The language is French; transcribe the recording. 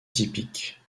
typique